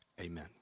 Amen